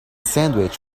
sandwich